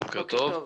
בוקר טוב.